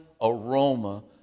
aroma